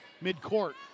mid-court